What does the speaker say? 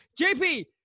JP